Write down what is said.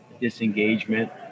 disengagement